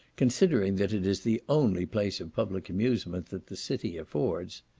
considering that it is the only place of public amusement that the city affords.